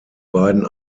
beiden